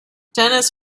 dennis